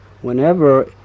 whenever